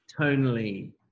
tonally